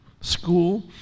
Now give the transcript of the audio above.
school